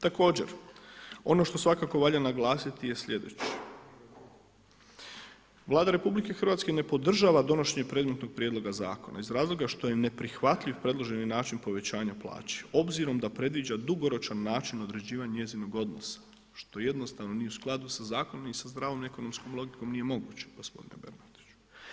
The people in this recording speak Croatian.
Također ono što svakako valja naglasiti je sljedeće, Vlada RH ne podržava donošenje predmetnog prijedloga zakona iz razloga što je neprihvatljiv predloženi način povećanja plaće obzirom da predviđa dugoročan način određivanja njezinog odnosa što jednostavno nije u skladu sa zakonom ni sa zdravom ekonomskom logikom nije moguće gospodine Bernardiću.